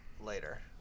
later